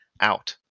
out